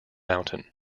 mountain